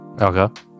Okay